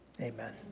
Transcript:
Amen